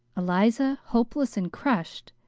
eliza hopeless and crushed.